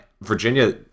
Virginia